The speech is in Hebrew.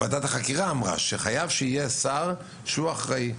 ועדת החקירה אמרה שחייב שיהיה שר אחראי,